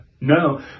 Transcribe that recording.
No